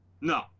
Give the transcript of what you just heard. No